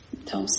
Então